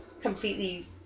completely